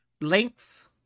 Length